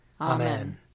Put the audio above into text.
Amen